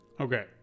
Okay